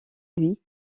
lui